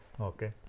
okay